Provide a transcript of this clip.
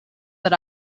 that